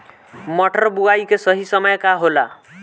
मटर बुआई के सही समय का होला?